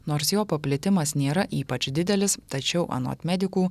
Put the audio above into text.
nors jo paplitimas nėra ypač didelis tačiau anot medikų